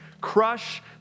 Crush